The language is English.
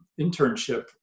internship